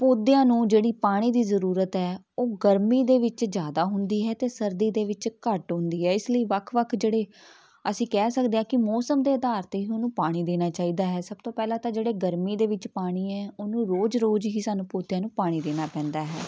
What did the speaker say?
ਪੌਦਿਆਂ ਨੂੰ ਜਿਹੜੀ ਪਾਣੀ ਦੀ ਜ਼ਰੂਰਤ ਹੈ ਉਹ ਗਰਮੀ ਦੇ ਵਿੱਚ ਜ਼ਿਆਦਾ ਹੁੰਦੀ ਹੈ ਅਤੇ ਸਰਦੀ ਦੇ ਵਿੱਚ ਘੱਟ ਹੁੰਦੀ ਹੈ ਇਸ ਲਈ ਵੱਖ ਵੱਖ ਜਿਹੜੇ ਅਸੀਂ ਕਹਿ ਸਕਦੇ ਹਾਂ ਕਿ ਮੌਸਮ ਦੇ ਅਧਾਰ 'ਤੇ ਉਹਨੂੰ ਪਾਣੀ ਦੇਣਾ ਚਾਹੀਦਾ ਹੈ ਸਭ ਤੋਂ ਪਹਿਲਾਂ ਤਾਂ ਜਿਹੜੇ ਗਰਮੀ ਦੇ ਵਿੱਚ ਪਾਣੀ ਹੈ ਉਹਨੂੰ ਰੋਜ਼ ਰੋਜ਼ ਹੀ ਸਾਨੂੰ ਪੌਦਿਆਂ ਨੂੰ ਪਾਣੀ ਦੇਣਾ ਪੈਂਦਾ ਹੈ